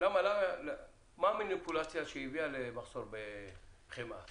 מה המניפולציה שהביאה למחסור בחמאה?